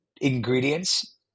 ingredients